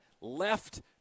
left